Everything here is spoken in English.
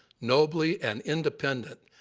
nobly, and independent,